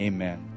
Amen